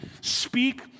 speak